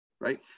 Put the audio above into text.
right